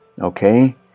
okay